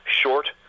short